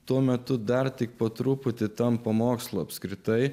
tuo metu dar tik po truputį tampa mokslu apskritai